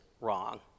wrong